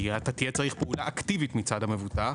כי אתה תצטרך פעולה אקטיבית מצד המבוטח.